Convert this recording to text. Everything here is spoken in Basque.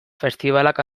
festibalak